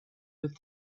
with